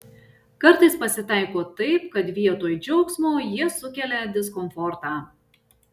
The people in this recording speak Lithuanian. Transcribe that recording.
kartais pasitaiko taip kad vietoj džiaugsmo jie sukelia diskomfortą